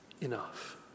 enough